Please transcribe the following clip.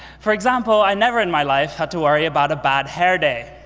for example, i never in my life had to worry about a bad hair day.